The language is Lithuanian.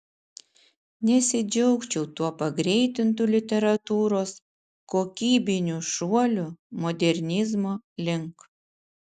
nesidžiaugčiau tuo pagreitintu literatūros kokybiniu šuoliu modernizmo link